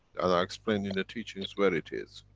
and i explained in the teachings where it is.